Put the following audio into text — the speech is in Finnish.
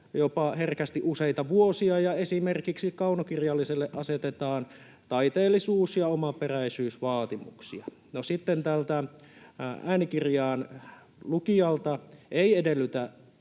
jopa useita vuosia, ja esimerkiksi kaunokirjalliselle teokselle asetetaan taiteellisuus- ja omaperäisyysvaatimuksia. No, sitten tältä äänikirjan lukijalta ei edellytetä